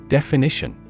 Definition